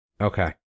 Okay